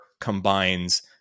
combines